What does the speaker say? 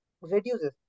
Reduces